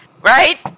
right